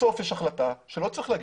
בסוף יש החלטה שלא צריך להגיש.